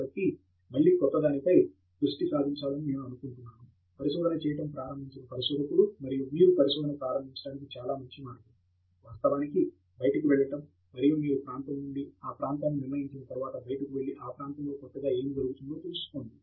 కాబట్టి మళ్ళీ మనం కొత్తదానిపై దృష్టి సారించాలని నేను అనుకుంటున్నాను పరిశోధన చేయడం ప్రారంభించిన పరిశోధకుడు మరియు మీరు పరిశోధన ప్రారంభించడానికి చాలా మంచి మార్గం వాస్తవానికి బయటికి వెళ్లడం మరియు మీరు ప్రాంతం మరియు ప్రాంతాన్ని నిర్ణయించిన తర్వాత బయటకు వెళ్లి ఆ ప్రాంతంలో కొత్తగా ఏమి జరుగుతుందో తెలుసుకోండి